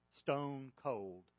stone-cold